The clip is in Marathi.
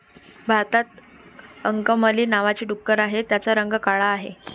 भारतात अंकमली नावाची डुकरं आहेत, त्यांचा रंग काळा आहे